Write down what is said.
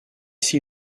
s’il